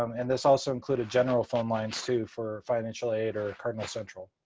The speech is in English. um and this also included general phone lines, too, for financial aid or cardinal central.